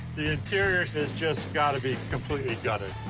the interior has just got to be completely gutted.